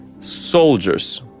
soldiers